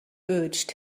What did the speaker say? urged